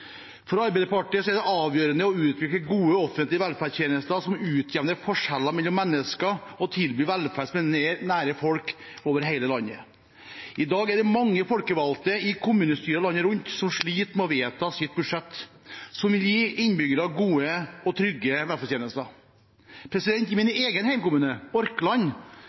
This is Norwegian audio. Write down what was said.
For Arbeiderpartiet er det avgjørende å utvikle gode offentlige velferdstjenester som utjevner forskjellene mellom mennesker og tilbyr velferd som er nær folk over hele landet. I dag er det mange folkevalgte i kommunestyrer landet rundt som sliter med å vedta et budsjett som vil gi innbyggerne gode og trygge velferdstjenester. I min egen hjemkommune, Orkland,